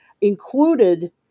included